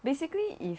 basically if